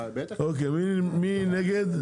מי נגד?